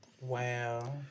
Wow